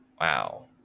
wow